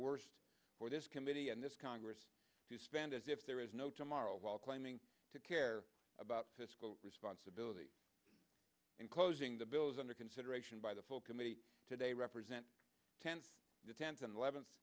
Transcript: worst for this committee and this congress to spend as if there is no tomorrow while claiming to care about fiscal responsibility in closing the bills under consideration by the full committee today represent ten tenth's and eleven